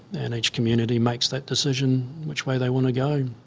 and each community makes that decision which way they want to go.